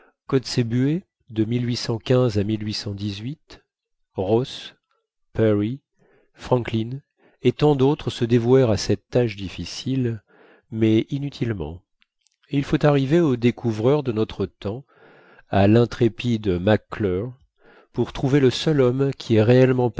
kotzebue de à ross parry franklin et tant d'autres se dévouèrent à cette tâche difficile mais inutilement et il faut arriver au découvreur de notre temps à l'intrépide mac clure pour trouver le seul homme qui ait réellement